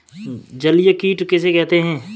जलीय कीट किसे कहते हैं?